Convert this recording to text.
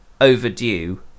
overdue